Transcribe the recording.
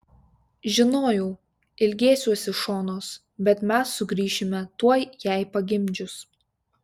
žinojau ilgėsiuosi šonos bet mes sugrįšime tuoj jai pagimdžius